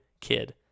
kid